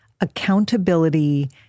accountability